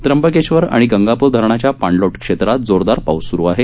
त्र्यंबकेश्वर आणि गंगापूर धरणाच्या पाणलोट क्षेत्रात जोरदार पाऊस सुरू आहे